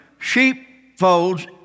sheepfolds